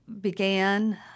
began